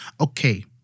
okay